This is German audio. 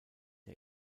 der